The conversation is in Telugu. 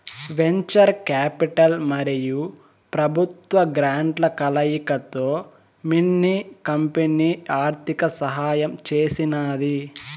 వెంచర్ కాపిటల్ మరియు పెబుత్వ గ్రాంట్ల కలయికతో మిన్ని కంపెనీ ఆర్థిక సహాయం చేసినాది